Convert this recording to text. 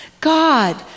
God